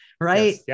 right